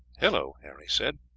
hello! harry said,